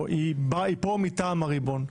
או היא באה פה מטעם הריבון.